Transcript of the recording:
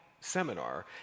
seminar